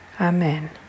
Amen